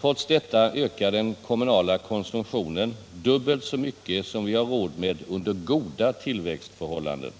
Trots detta ökar den kommunala konsumtionen dubbelt så mycket som vi har råd med under goda tillväxtförhållanden.